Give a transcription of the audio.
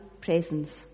presence